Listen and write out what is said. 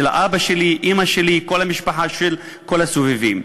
של אבא שלי, אימא שלי, כל המשפחה שלי, כל הסובבים.